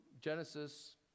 Genesis